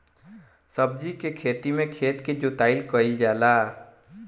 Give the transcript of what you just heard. सब्जी के खेती में खेत के जोताई कईल जाला